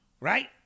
Right